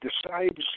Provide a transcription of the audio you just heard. decides